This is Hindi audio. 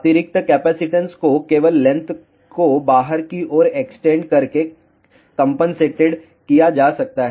अतिरिक्त कैपेसिटंस को केवल लेंथ को बाहर की ओर एक्सटेंड करके कंपनसेटेड किया जा सकता है